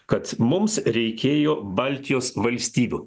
kad mums reikėjo baltijos valstybių